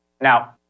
Now